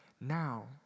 Now